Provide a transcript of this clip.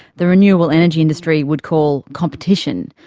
the renewable energy industry would call competition.